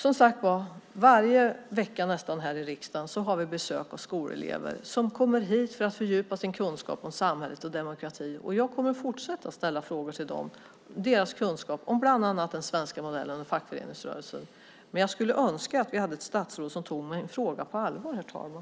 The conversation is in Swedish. Nästan varje vecka har vi här i riksdagen besök av skolelever som kommer hit för att fördjupa sin kunskap om samhället och om demokrati, och jag kommer att fortsätta ställa frågor till dem om deras kunskap om bland annat den svenska modellen och fackföreningsrörelsen. Men jag skulle önska att vi hade ett statsråd som tog min fråga på allvar, herr talman.